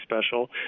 special